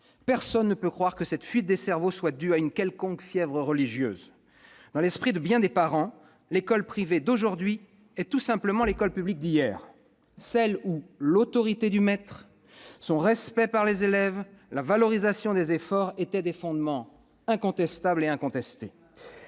Personne ne peut croire que cette « fuite des cerveaux » soit due à une quelconque fièvre religieuse. Dans l'esprit de bien des parents, l'école privée d'aujourd'hui est tout simplement l'école publique d'hier, ... N'importe quoi !... celle où l'autorité du maître, le respect que les élèves lui témoignent et la valorisation des efforts étaient des fondements incontestables et incontestés.